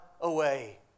away